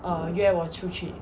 uh 约我出去